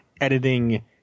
editing